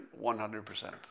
100%